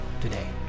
today